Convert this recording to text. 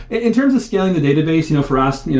in terms of scaling the database, you know for us, yeah